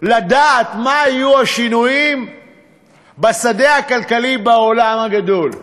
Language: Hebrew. לדעת מה יהיו השינויים בשדה הכלכלי בעולם הגדול,